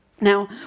Now